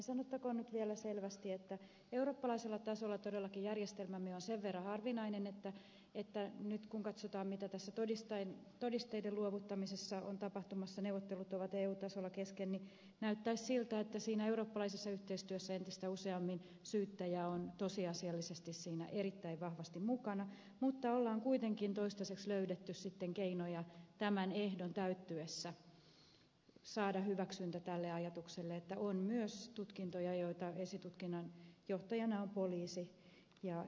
sanottakoon nyt vielä selvästi että eurooppalaisella tasolla todellakin järjestelmämme on sen verran harvinainen että nyt kun katsotaan mitä tässä todisteiden luovuttamisessa on tapahtumassa neuvottelut ovat eu tasolla kesken niin näyttäisi siltä että siinä eurooppalaisessa yhteistyössä entistä useammin syyttäjä on tosiasiallisesti erittäin vahvasti mukana mutta on kuitenkin toistaiseksi löydetty keinoja tämän ehdon täyttyessä saada hyväksyntä tälle ajatukselle että on myös tutkintoja joissa esitutkinnan johtajana on poliisi